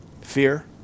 Fear